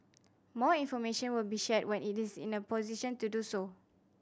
more information will be shared when it is in a position to do so